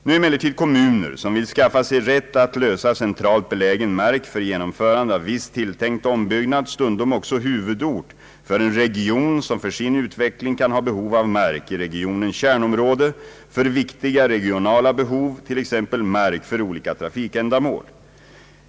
Nu är emellertid kommuner, som vill skaffa sig rätt att lösa centralt belägen mark för genomförande av viss tilltänkt ombyggnad, stundom också huvudort för en region som för sin utveckling kan ha behov av mark i regionens kärnområde för viktiga regionala behov, t.ex. mark för olika trafikändamål.